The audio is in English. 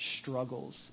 struggles